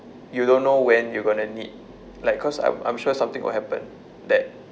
you don't know when you're going to need like cause I'm I'm sure something will happen that